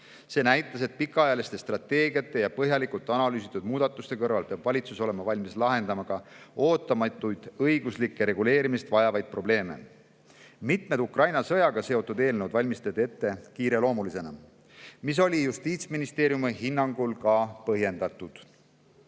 See näitas, et pikaajaliste strateegiate ja põhjalikult analüüsitud muudatuste kõrval peab valitsus olema valmis lahendama ka ootamatuid õiguslikku reguleerimist vajavaid probleeme. Mitmed Ukraina sõjaga seotud eelnõud valmistati ette kiireloomulisena ja Justiitsministeeriumi hinnangul oli see ka põhjendatud.